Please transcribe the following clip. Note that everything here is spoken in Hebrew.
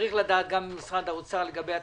צריך לדעת גם ממשרד האוצר לגבי התקציבים,